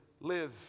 live